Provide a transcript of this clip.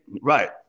right